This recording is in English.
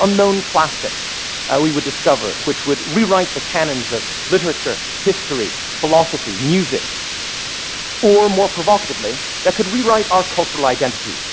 unknown classics we would discover which would rewrite the canons of literature, history, philosophy, music or, more provocatively, that could rewrite our cultural identities,